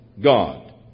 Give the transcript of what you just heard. God